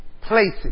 places